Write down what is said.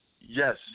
Yes